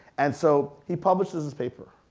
and so he publishes his paper.